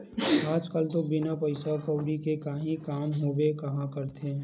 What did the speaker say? आज कल तो बिना पइसा कउड़ी के काहीं काम होबे काँहा करथे